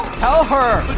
tell her!